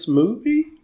movie